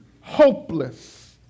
hopeless